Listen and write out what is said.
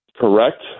correct